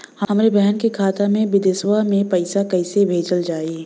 हमरे बहन के खाता मे विदेशवा मे पैसा कई से भेजल जाई?